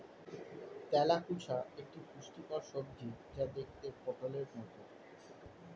তেলাকুচা একটি পুষ্টিকর সবজি যা দেখতে পটোলের মতো